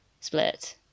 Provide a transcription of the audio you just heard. Split